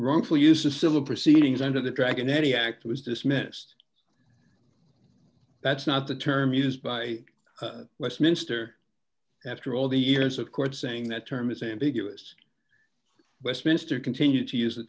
wrongful use a civil proceedings under the dragon any act was dismissed that's not the term used by westminster after all the years of court saying that term is ambiguous westminster continue to use the